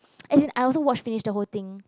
as in I also watched finish the whole thing